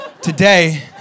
today